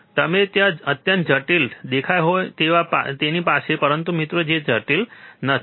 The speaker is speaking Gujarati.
જો તમે અત્યંત જટિલ દેખાતા હોવ તો તેની પાસે છે પરંતુ મિત્રો તે જટિલ નથી